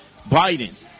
Biden